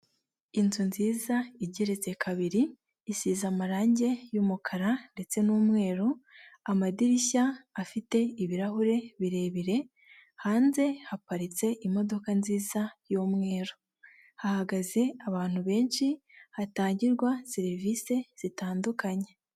Inzu nziza igeretse kabiri, isize amarangi y'umukara ndetse n'umweru, amadirishya afite ibirahure birebire, hanze haparitse imodoka nziza y'umweru, hahagaze abantu benshi hatangirwa serivisi zitandukanye.